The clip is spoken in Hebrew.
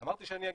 אמרתי שאני אגיד.